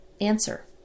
Answer